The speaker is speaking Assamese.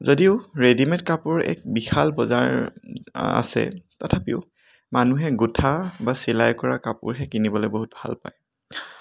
যদিও ৰেডিমেড কাপোৰৰ এক বিশাল বজাৰ আছে তথাপিও মানুহে গোঁঠা বা চিলাই কৰা কাপোৰহে কিনিবলৈ বহুত ভাল পায়